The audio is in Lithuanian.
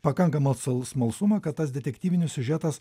pakankamą sal smalsumą kad tas detektyvinis siužetas